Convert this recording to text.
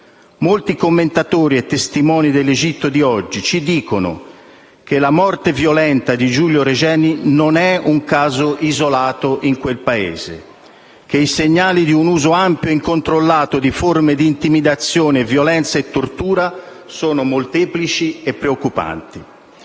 Molti commentatori e testimoni dell'Egitto di oggi ci dicono che la morte violenta di Giulio Regeni non è un caso isolato in quel Paese, che i segnali di un uso ampio e incontrollato di forme di intimidazione, violenza e tortura sono molteplici e preoccupanti.